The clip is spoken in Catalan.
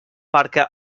perquè